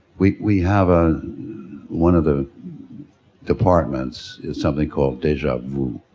we we have a one of the departments is something called deja vu,